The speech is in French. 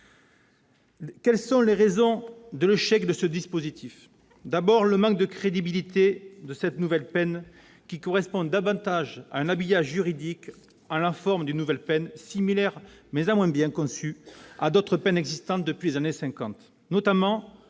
Quelles sont les raisons de l'échec de ce dispositif ?